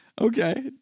Okay